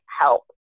help